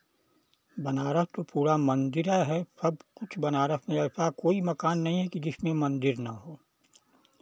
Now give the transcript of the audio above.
बनारस तो पूरा मंदिर है सब कुछ बनारस में ऐसा कोई मकान नहीं है कि जिसमें मंदिर ना हो